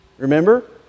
Remember